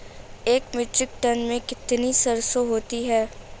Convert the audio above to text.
एक metric ton में कितनी सरसों होती है?